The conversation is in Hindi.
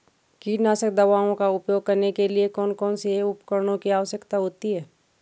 कीटनाशक दवाओं का उपयोग करने के लिए कौन कौन से उपकरणों की आवश्यकता होती है?